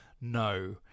no